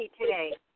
today